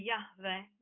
Yahweh